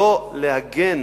לא להגן